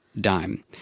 Dime